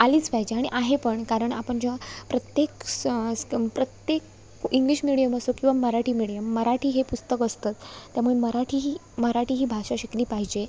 आलीच पाहिजे आणि आहे पण कारण आपण जेव्हा प्रत्येक सं स्तं प्रत्येक इंग्लिश मिडियम असो किंवा मराठी मिडियम मराठी हे पुस्तक असतं त्यामुळे मराठी ही मराठी ही भाषा शिकली पाहिजे